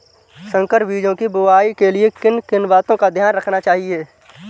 संकर बीजों की बुआई के लिए किन किन बातों का ध्यान रखना चाहिए?